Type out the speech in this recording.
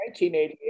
1988